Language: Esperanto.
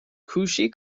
kuŝi